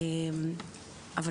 מאוד מרכזית,